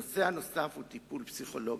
הנושא הנוסף הוא טיפול פסיכולוגי.